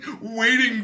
waiting